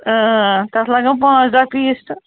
تَتھ لَگن پانٛژھ دہ پیٖس تہٕ